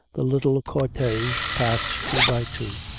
the little cortege passed two by two.